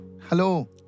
Hello